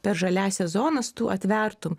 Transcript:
per žaliąsias zonas tu atvertum